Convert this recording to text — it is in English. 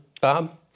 Bob